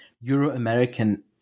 Euro-American